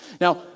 now